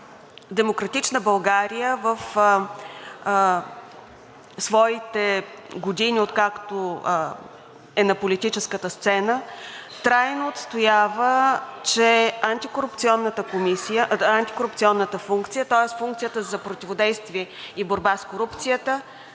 „Демократична България“ в своите години, откакто е на политическата сцена, трайно отстоява, че антикорупционната функция, тоест функцията за противодействие и борба с корупцията